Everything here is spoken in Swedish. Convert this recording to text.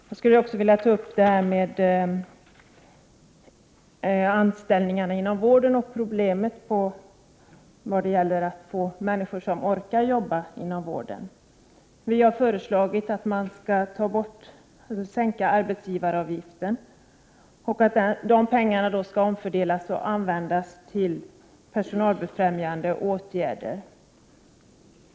Jag skulle också vilja ta upp anställningssituationen inom vården och problemet att få människor att orka arbeta inom vården. Vi har föreslagit att man skall sänka arbetsgivaravgiften, och att de pengarna skall omfördelas och användas till personalbefrämjande åtgärder.